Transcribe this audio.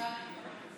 תודה.